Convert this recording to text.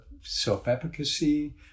self-efficacy